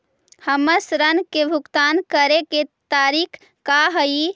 हमर ऋण के भुगतान करे के तारीख का हई?